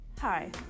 Hi